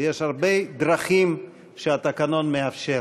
ויש הרבה דרכים שהתקנון מאפשר.